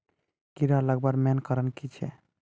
कीड़ा लगवार मेन कारण की छे?